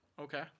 Okay